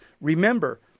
Remember